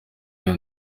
iyo